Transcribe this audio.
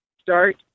start